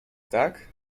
tak